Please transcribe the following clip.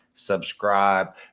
subscribe